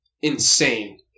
insane